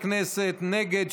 (תיקון,